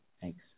Thanks